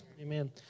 Amen